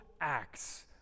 acts